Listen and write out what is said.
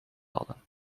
hadden